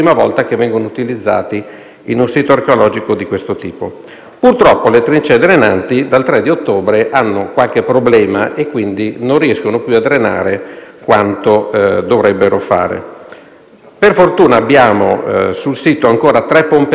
3 ottobre le trincee drenanti hanno qualche problema e non riescono più a drenare quanto dovrebbero. Per fortuna, abbiamo sul sito ancora tre pompe drenanti che sono potenzialmente in funzione, quindi